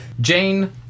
Jane